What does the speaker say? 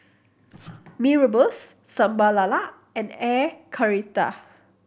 Mee Rebus Sambal Lala and Air Karthira